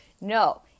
No